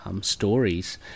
stories